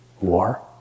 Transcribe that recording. war